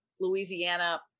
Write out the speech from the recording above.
Louisiana